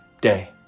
day